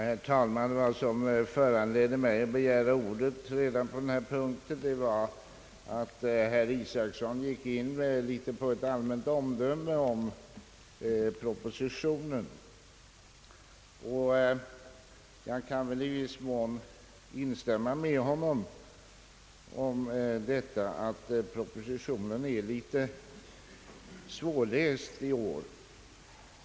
Herr talman! Vad som föranledde mig att begära ordet redan på denna punkt var att herr Isacson uttalade ett allmänt omdöme om propositionen. Jag kan i viss mån instämma med honom om att årets proposition är svårläst.